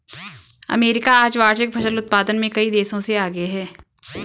America आज वार्षिक फसल उत्पादन में कई देशों से आगे है